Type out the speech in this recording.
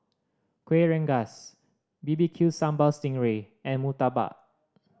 Kueh Rengas B B Q Sambal sting ray and murtabak